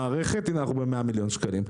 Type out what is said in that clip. המערכת תעלה 100 שקלים הנה אנחנו ב-100 מיליון שקלים.